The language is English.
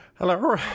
Hello